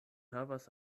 havas